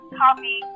copy